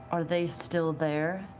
are they still there?